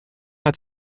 hat